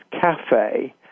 cafe